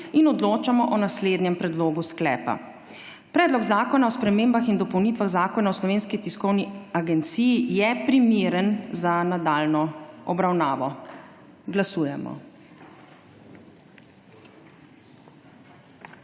Odločamo o naslednjem predlogu sklepa: Predlog zakona o spremembah in dopolnitvah Zakona o Slovenski tiskovni agenciji je primeren za nadaljnjo obravnavo. Glasujemo.